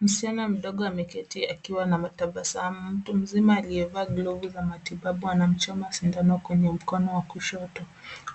Msichana mdogo ameketi akiwa ametabasamu. Mtu mzima aliye vaa glovu za matibabu anamchoma sindano kwenye mkono wa kushoto.